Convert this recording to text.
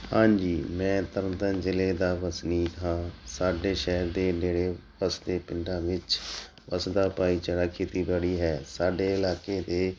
ਹਾਂਜੀ ਮੈਂ ਤਰਨ ਤਾਰਨ ਜ਼ਿਲ੍ਹੇ ਦਾ ਵਸਨੀਕ ਹਾਂ ਸਾਡੇ ਸ਼ਹਿਰ ਦੇ ਨੇੜੇ ਵੱਸਦੇ ਪਿੰਡਾਂ ਵਿੱਚ ਵੱਸਦਾ ਭਾਈਚਾਰਾ ਖੇਤੀਬਾੜੀ ਹੈ ਸਾਡੇ ਇਲਾਕੇ ਦੇ